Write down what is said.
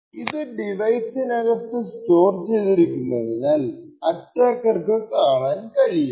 ഇത് ഡിവൈസിനകത്തു സ്റ്റോർ ചെയ്തിരിക്കുന്നതിനാൽ അറ്റാക്കർക്കു കാണാൻ കഴിയില്ല